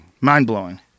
Mind-blowing